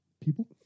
people